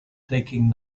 taking